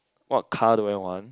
what car do I want